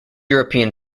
european